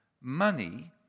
money